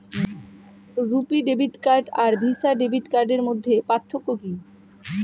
রূপে debit card আর Visa debit কার্ডের মধ্যে পার্থক্য কি?